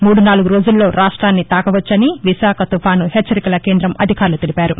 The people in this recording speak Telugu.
మూడు నాలుగు రోజుల్లో రాష్ట్విన్ని తాకవచ్చని విశాఖ తుపాను హెచ్చరికల కేందం అధికారులు తెలిపారు